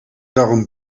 darum